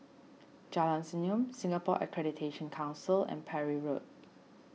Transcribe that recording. Jalan Senyum Singapore Accreditation Council and Parry Road